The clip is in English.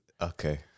Okay